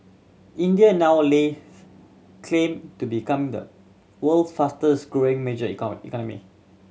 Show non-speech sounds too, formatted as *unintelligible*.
India now lays claim to become the world's fastest growing major *unintelligible* economy